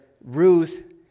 Ruth